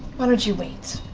why don't you wait?